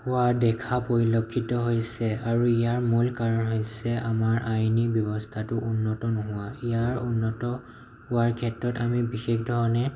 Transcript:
হোৱা দেখা পৰিলক্ষিত হৈছে আৰু ইয়াৰ মূল কাৰণ হৈছে আমাৰ আইনী ব্যৱস্থাটো উন্নত নোহোৱা ইয়াৰ উন্নত হোৱাৰ ক্ষেত্ৰত আমি বিশেষধৰণে